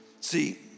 See